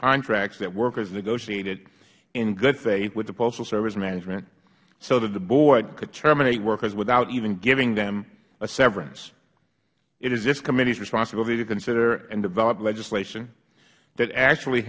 contracts that workers negotiated in good faith with the postal service management so that the board could terminate workers without even giving them a severance it is this committees responsibility to consider and develop legislation that actually